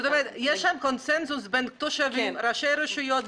יש שם קונצנזוס בין התושבים וראשי רשויות,